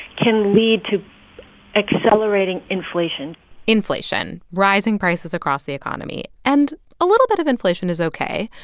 can lead to accelerating inflation inflation rising prices across the economy, and a little bit of inflation is ok.